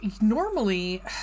normally